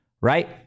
Right